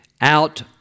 out